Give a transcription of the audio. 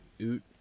Oot